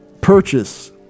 purchase